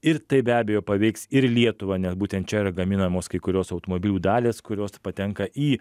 ir tai be abejo paveiks ir lietuvą nes būtent čia yra gaminamos kai kurios automobilių dalys kurios patenka į